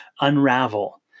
unravel